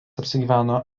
apsigyveno